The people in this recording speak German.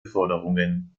forderungen